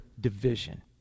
division